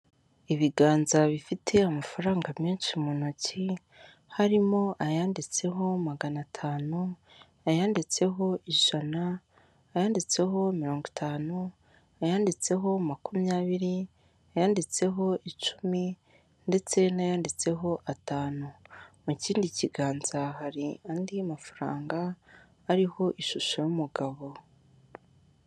Ibiganza bifite amafaranga menshi mu ntoki harimo ayanditseho maganatanu, ayanditseho ijana, ayanditseho mirongo itanu, ayanditseho makumyabiri, ayanditseho icumi ndetse n'ayanditseho atanu mu kindi kiganza hari andi mafaranga ariho ishusho y'umugabo.